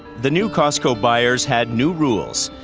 the new costco buyers had new rules.